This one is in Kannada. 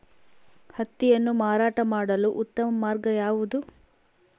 ಹತ್ತಿಯನ್ನು ಮಾರಾಟ ಮಾಡಲು ಉತ್ತಮ ಮಾರ್ಗ ಯಾವುದು?